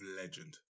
legend